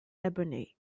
ebony